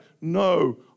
no